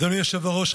אדוני היושב בראש,